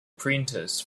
printers